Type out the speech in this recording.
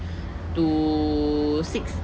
to six